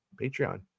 Patreon